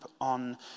on